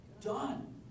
done